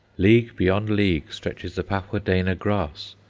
league beyond league stretches the pajadena grass,